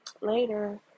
later